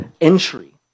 entry